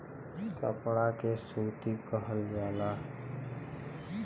कपड़ा के सूती कहल जाला